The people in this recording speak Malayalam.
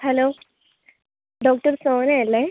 hello doctor സോനയല്ലേ